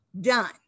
done